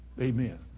Amen